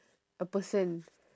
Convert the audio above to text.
a person